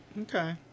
Okay